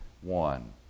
One